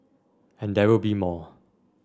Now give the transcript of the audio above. and there will be more